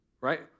right